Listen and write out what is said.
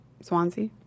swansea